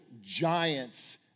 giants